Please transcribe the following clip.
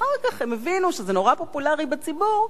אחר כך הבינו שזה נורא פופולרי בציבור,